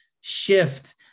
shift